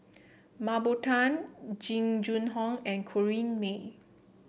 Mah Bow Tan Jing Jun Hong and Corrinne May